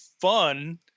fun